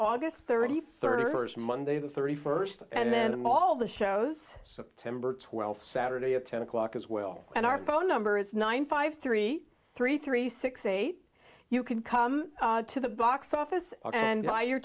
august thirty third first monday the thirty first and then and all the shows timber twelve saturday at ten o'clock as well and our phone number is nine five three three three six eight you can come to the box office and